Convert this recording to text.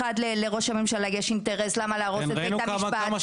לראש הממשלה יש אינטרס למה להרוס את בית המשפט,